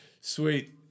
sweet